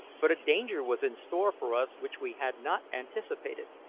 but a danger was in store for us which we had not anticipated.